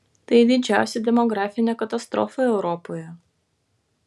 tai didžiausia demografinė katastrofa europoje